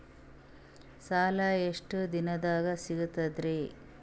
ಸಾಲಾ ಎಷ್ಟ ದಿಂನದಾಗ ಸಿಗ್ತದ್ರಿ?